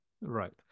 Right